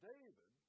David